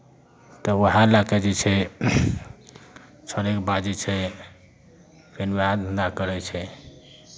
तऽ उएह लऽ कऽ जे छै छोड़यके बाद जे छै फेर उएह धन्धा करै छै